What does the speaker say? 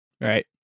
Right